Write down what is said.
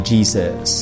Jesus